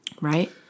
Right